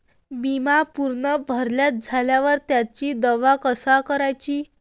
बिमा पुरा भरून झाल्यावर त्याचा दावा कसा कराचा?